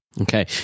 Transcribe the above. Okay